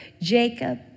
Jacob